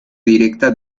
directa